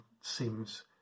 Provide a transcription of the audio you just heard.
seems